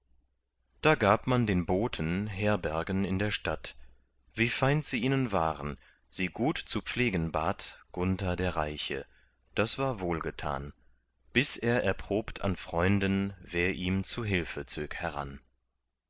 da gab man den boten herbergen in der stadt wie feind sie ihnen waren sie gut zu pflegen bat gunther der reiche das war wohlgetan bis er erprobt an freunden wer ihm zu hilfe zög heran